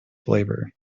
flavor